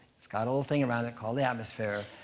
it's got a little thing around it called the atmosphere,